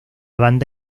banda